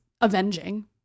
avenging